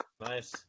Nice